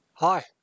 Hi